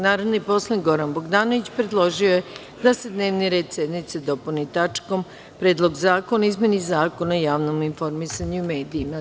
Narodni poslanik Goran Bogdanović, predložio je da se dnevni red sednice dopuni tačkom – Predlog zakona o izmeni Zakona o javnom informisanju i medijima.